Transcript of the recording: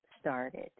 started